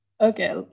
okay